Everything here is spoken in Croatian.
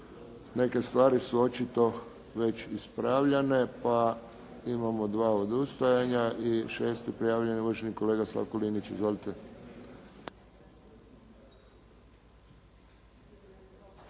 neke stvari su očito već ispravljane, pa imamo dva odustajanja i šesti prijavljeni uvaženi kolega Slavko Linić. Izvolite.